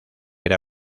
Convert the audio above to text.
era